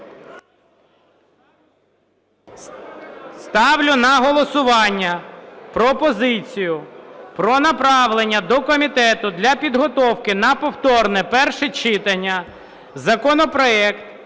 Ставлю на голосування пропозицію про направлення до комітету для підготовки на повторне перше читання законопроект